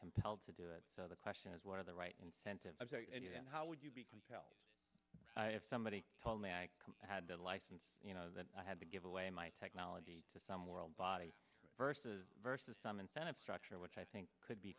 compelled to do it so the question is what are the right incentives and how would you tell if somebody told me i had to license you know that i had to give away my technology to some world body versus versus some incentive structure which i think could be